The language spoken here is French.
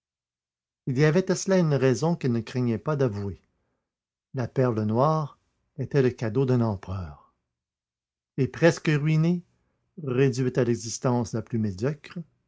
il y avait à cela une raison qu'elle ne craignait pas d'avouer la perle noire était le cadeau d'un empereur et presque ruinée réduite à l'existence la plus médiocre